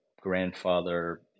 grandfather